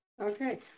Okay